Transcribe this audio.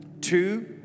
two